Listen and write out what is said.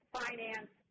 finance